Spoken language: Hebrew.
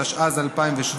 התשע"ז 2017,